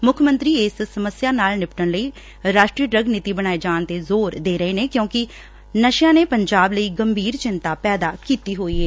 ਮੁੱਖ ਮੰਤਰੀ ਇਸ ਸਮੱਸਿਆ ਨਾਲ ਨਿਪਟਣ ਲਈ ਰਾਸ਼ਟਰੀ ਡਰੱਗ ਨੀਤੀ ਬਣਾਏ ਜਾਣ ਤੇ ਜ਼ੋਰ ਦੇ ਰਹੇ ਨੇ ਕਿਉਂਕਿ ਨਸ਼ਿਆਂ ਨੇ ਪੰਜਾਬ ਲਈ ਗੰਭੀਰ ਚਿੰਤਾ ਪੈਦਾ ਕੀਤੀ ਹੋਈ ਏ